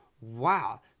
wow